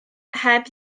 heb